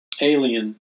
alien